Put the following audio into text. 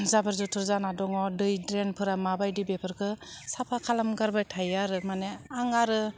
जाबोर जुथुर जाना दङ दै ड्रेनफोरा माबायदि बेफोरखौ साफा खालामगारबाय थायो आरो माने आं आरो